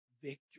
victory